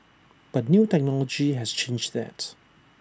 but new technology has changed that